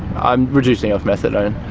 i'm reducing off methadone.